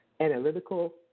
analytical